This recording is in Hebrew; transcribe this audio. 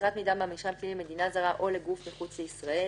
מסירת מידע מהמרשם הפלילי למדינה זרה או לגוף מחוץ לישראל.